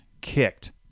kicked